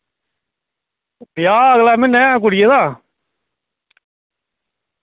ब्याह् अगले म्हीनै कुड़ियै दा